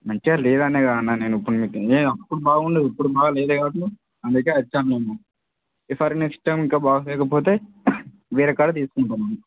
మంచిగా లేదు అనే కదా అన్నా నేను ఇప్పుడు మీకు నేను అప్పుడు బాగుండేవి ఇప్పుడు బాగాలేదు అందుకే వచ్చాను నేను ఈసారి నెక్స్ట్ టైం ఇంకా బాగా లేకపోతే వేరే కాడ తీసుకుంటా నేను